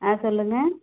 ஆ சொல்லுங்கள்